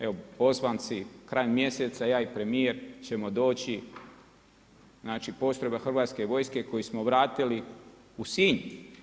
Evo pozvan si krajem mjeseca ja i premijer ćemo doći, znači postrojba Hrvatske vojske koju smo vratili u Sinj.